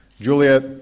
Juliet